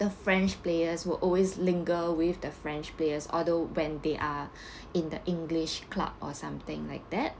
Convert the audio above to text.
the french players will always linger with the french players although when they are in the english club or something like that